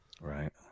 Right